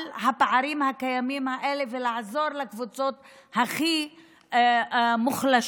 הפערים הקיימים האלה ולעזור לקבוצות הכי מוחלשות.